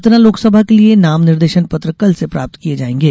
सतना लोकसभा के लिये नाम निर्देशन पत्र कल से प्राप्त किये जायेंगे